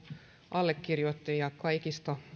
allekirjoittajia kaikista